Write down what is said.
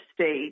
state